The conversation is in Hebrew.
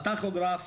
הטכוגרף